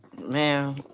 man